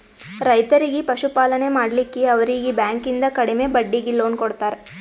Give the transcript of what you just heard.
ರೈತರಿಗಿ ಪಶುಪಾಲನೆ ಮಾಡ್ಲಿಕ್ಕಿ ಅವರೀಗಿ ಬ್ಯಾಂಕಿಂದ ಕಡಿಮೆ ಬಡ್ಡೀಗಿ ಲೋನ್ ಕೊಡ್ತಾರ